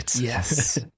Yes